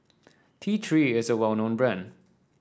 T Three is a well known brand